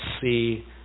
see